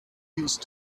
used